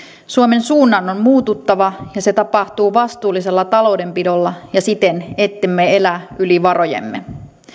suomen suunnan on muututtava ja se tapahtuu vastuullisella taloudenpidolla ja siten ettemme elä yli varojemme